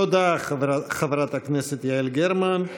תודה, חברת הכנסת יעל גרמן.